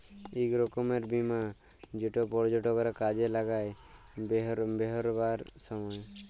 ইক রকমের বীমা যেট পর্যটকরা কাজে লাগায় বেইরহাবার ছময়